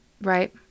right